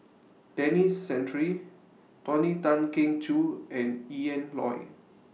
Denis Santry Tony Tan Keng Joo and Ian Loy